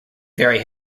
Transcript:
very